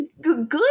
good